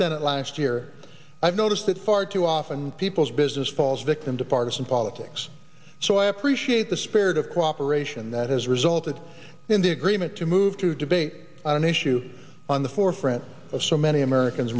senate last year i've noticed that far too often people's business falls victim to partisan politics so i appreciate the spirit of cooperation that has resulted in the agreement to move to debate on an issue on the forefront of so many americans